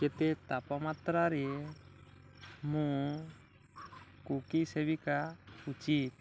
କେତେ ତାପମାତ୍ରାରେ ମୁଁ କୁକି ସେକିବା ଉଚିତ୍